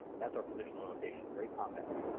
that's our positional notation very compact.